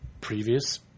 Previous